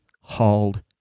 hauled